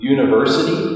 University